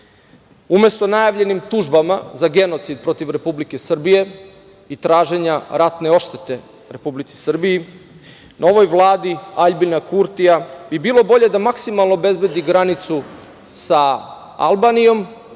najavljenim tužbama za genocid protiv Republike Srbije i traženja ratne oštete Republici Srbiji, novoj vladi Aljbina Kurtija bi bilo bolje da maksimalno obezbedi granicu sa Albanijom